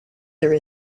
there